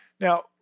Now